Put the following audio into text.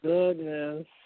Goodness